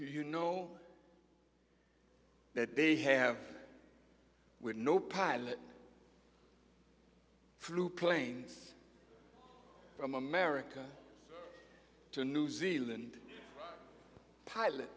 you know that they have no pilot flew planes from america to new zealand pilot